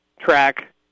track